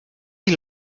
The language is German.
die